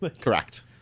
Correct